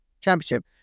championship